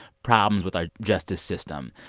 problems with our justice system.